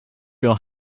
your